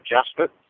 adjustment